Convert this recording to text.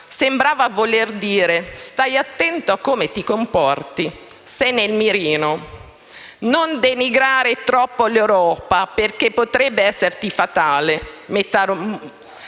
Sembrava voler dire: stai attento a come ti comporti, sei nel mirino, non denigrare troppo l'Europa perché potrebbe esserti fatale,